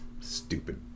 Stupid